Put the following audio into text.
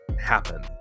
happen